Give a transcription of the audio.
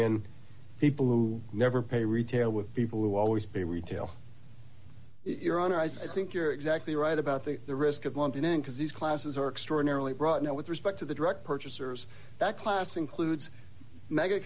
in people who never pay retail with people who always be a retail iran i think you're exactly right about the the risk of london and because these classes are extraordinarily broad now with respect to the direct purchasers that class includes mega